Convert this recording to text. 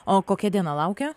o kokia diena laukia